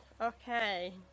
okay